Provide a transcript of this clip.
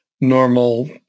normal